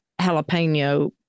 jalapeno